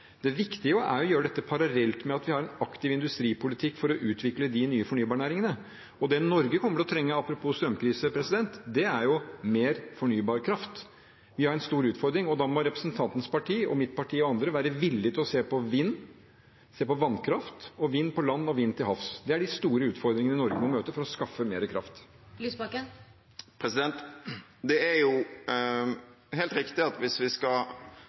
Det viktige er å gjøre dette parallelt med at vi har en aktiv industripolitikk for å utvikle de nye fornybarnæringene, og det Norge kommer til å trenge – apropos strømpriser – er mer fornybar kraft. Vi har en stor utfordring, og da må representantens parti og mitt parti og andre være villige til å se på vannkraft, vind på land og vind til havs. Det er de store utfordringene Norge må møte for å skaffe mer kraft. Det blir oppfølgingsspørsmål – først Audun Lysbakken. Det er helt riktig at hvis vi skal